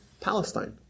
Palestine